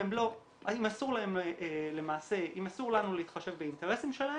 אם אסור לנו למעשה להתחשב באינטרסים שלהם,